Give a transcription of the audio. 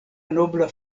nobla